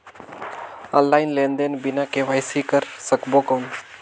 Online लेनदेन बिना KYC कर सकबो कौन??